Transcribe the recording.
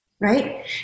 right